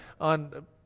on